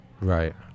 Right